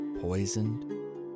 poisoned